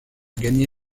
gagné